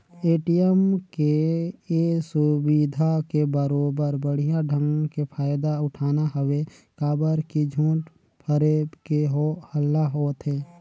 ATM के ये सुबिधा के बरोबर बड़िहा ढंग के फायदा उठाना हवे काबर की झूठ फरेब के हो हल्ला होवथे